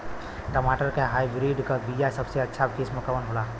टमाटर के हाइब्रिड क बीया सबसे अच्छा किस्म कवन होला?